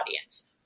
audience